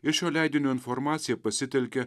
ir šio leidinio informaciją pasitelkė